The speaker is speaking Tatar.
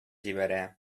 җибәрә